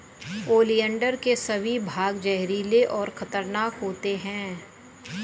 oleander के सभी भाग जहरीले और खतरनाक होते हैं